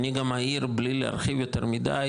אני גם אעיר בלי להרחיב יותר מידי,